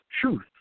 truth